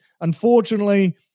Unfortunately